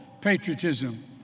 patriotism